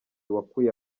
wakuye